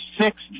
sixth